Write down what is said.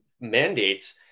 mandates